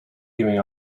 giving